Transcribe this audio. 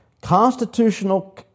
Constitutional